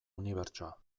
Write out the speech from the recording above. unibertsoa